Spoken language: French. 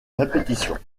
répétition